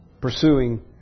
Pursuing